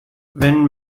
wenn